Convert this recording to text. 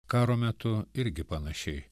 karo metu irgi panašiai